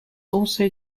also